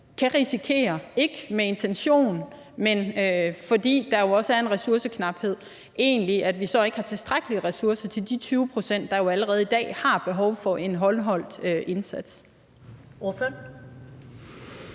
kan risikere, ikke med intention, men fordi der jo også er en ressourceknaphed, at vi så ikke har tilstrækkelige ressourcer til de 20 pct., der jo allerede i dag har behov for en håndholdt indsats?